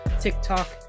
TikTok